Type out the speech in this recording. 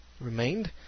remained